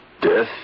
Death